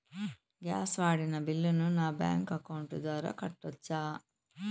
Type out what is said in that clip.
Gas వాడిన బిల్లును నా బ్యాంకు అకౌంట్ ద్వారా కట్టొచ్చా?